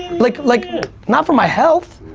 like like not for my health.